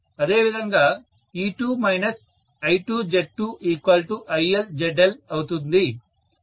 అదేవిధంగా E2 I2Z2ILZL అవుతుంది